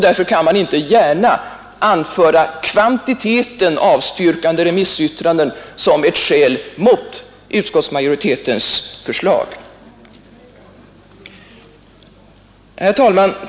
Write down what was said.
Därför kan man inte gärna anföra kvantiteten avstyrkande remissyttranden som ett skäl mot utskottsmajoritetens förslag. Herr talman!